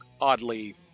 oddly